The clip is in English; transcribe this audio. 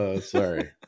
Sorry